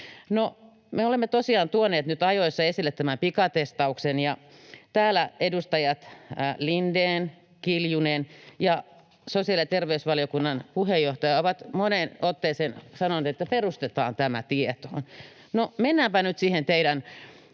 me olemme tosiaan tuoneet nyt ajoissa esille tämän pikatestauksen, ja täällä edustajat Lindén, Kiljunen ja sosiaali‑ ja terveysvaliokunnan puheenjohtaja ovat moneen otteeseen sanoneet, että perustetaan tämä tietoon. No, mennäänpä nyt siihen teidän